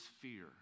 fear